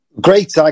Great